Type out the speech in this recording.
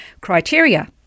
criteria